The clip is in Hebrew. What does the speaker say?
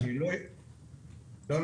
לא,